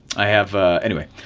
i have anyway,